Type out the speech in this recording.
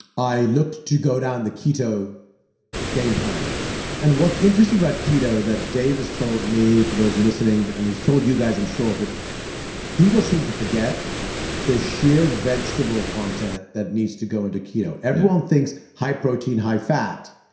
i looked to go down the keto game plan and what's interesting about keto that dave has told me for those who are listening, and he's told you guys, i'm sure but people seem to forget the sheer vegetable content that needs to go into keto. everyone thinks high-protein high-fat.